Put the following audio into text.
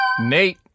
nate